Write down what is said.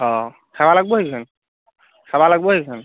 অ' চাব লাগিব চাব লাগিব